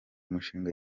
umushinga